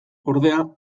ordea